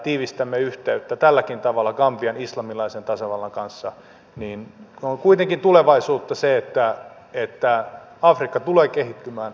tiivistämme yhteyttä tälläkin tavalla gambian islamilaisen tasavallan kanssa kun on kuitenkin tulevaisuutta se että afrikka tulee kehittymään